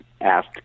asked